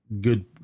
good